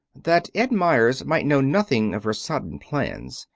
that ed meyers might know nothing of her sudden plans,